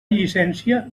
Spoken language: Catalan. llicència